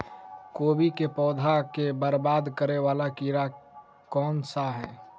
कोबी केँ पौधा केँ बरबाद करे वला कीड़ा केँ सा है?